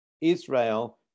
Israel